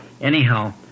Anyhow